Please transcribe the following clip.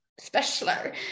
Specialer